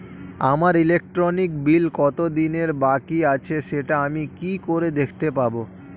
আমার electric bill কত দিনের বাকি আছে সেটা আমি কি করে দেখতে পাবো?